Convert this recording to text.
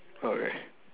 oh right